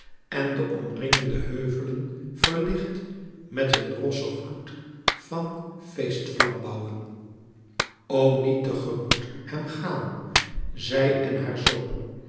en de omringende heuvelen verlicht met hun rossen gloed van feestflambouwen o niet te gemoet hem gaan zij en haar zoon